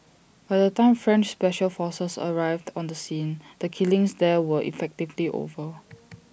by the time French special forces arrived on the scene the killings that there were effectively over